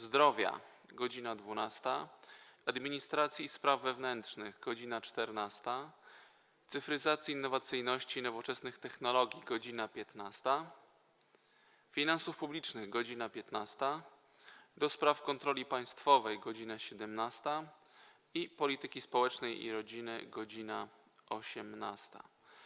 Zdrowia - godz. 12, - Administracji i Spraw Wewnętrznych - godz. 14, - Cyfryzacji, Innowacyjności i Nowoczesnych Technologii - godz. 15, - Finansów Publicznych - godz. 15, - do Spraw Kontroli Państwowej - godz. 17, - Polityki Społecznej i Rodziny - godz. 18.